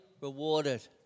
rewarded